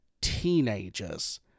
teenagers